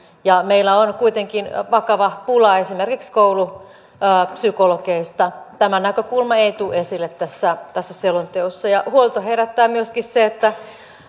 ja meillä on kuitenkin vakava pula esimerkiksi koulupsykologeista tämä näkökulma ei tule esille tässä tässä selonteossa huolta herättää myöskin se että